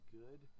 good